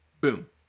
Boom